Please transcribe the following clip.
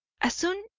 as soon,